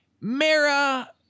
Mara